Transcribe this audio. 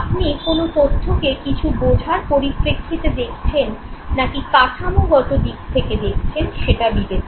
আপনি কোন তথ্যকে কিছু বোঝার পরিপ্রেক্ষিতে দেখছেন নাকি কাঠামোগত দিক থেকে দেখছেন সেটা বিবেচ্য